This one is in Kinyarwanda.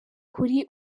kuri